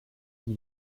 wie